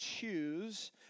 choose